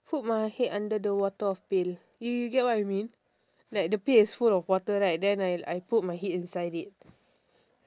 put my head under the water of pail you you get what I mean like the pail is full of water right then I put my head inside it